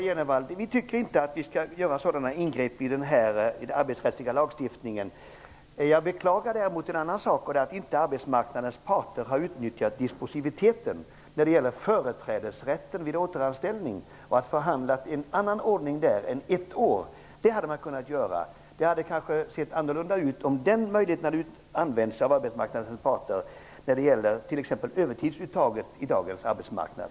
Herr talman! Vi tycker inte att det skall göras sådana ingrepp i den arbetsrättsliga lagstiftningen som Bo G Jenevall förordar. Jag beklagar däremot en annan sak, och det är att arbetsmarknadens parter inte har utnyttjat dispositiviteten när det gäller företrädesrätten vid återanställning och förhandlat fram en annan ordning där än ett år. Det hade man kunnat göra. Det hade kanske sett annorlunda ut, om den möjligheten hade använts av arbetsmarknadens parter. t.ex. när det gäller övertidsuttaget i dagens arbetsmarknad.